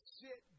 sit